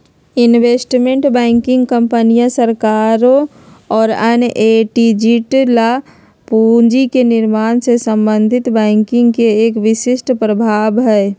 investment banking कंपनियन, सरकारों और अन्य एंटिटीज ला पूंजी के निर्माण से संबंधित बैंकिंग के एक विशिष्ट प्रभाग हई